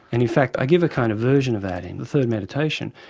and in fact i give a kind of version of that in the third meditation.